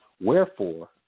Wherefore